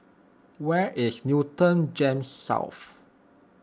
where is Newton Gems South